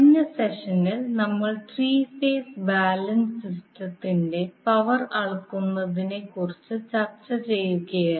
കഴിഞ്ഞ സെഷനിൽ നമ്മൾ ത്രീ ഫേസ് ബാലൻസ്ഡ് സിസ്റ്റത്തിന്റെ പവർ അളക്കുന്നതിനെക്കുറിച്ച് ചർച്ച ചെയ്യുകയായിരുന്നു